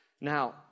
Now